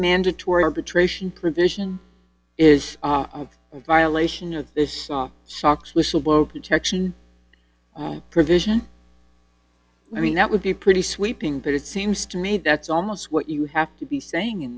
mandatory arbitration provision is a violation of the sox whistleblower protection provision i mean that would be pretty sweeping but it seems to me that's almost what you have to be saying in